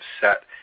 set